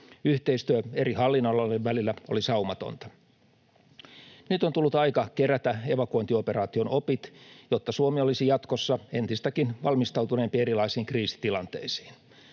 Yhteistyö eri hallinnonalojen välillä oli saumatonta. Nyt on tullut aika kerätä evakuointioperaation opit, jotta Suomi olisi jatkossa entistäkin valmistautuneempi erilaisiin kriisitilanteisiin.